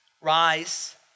rise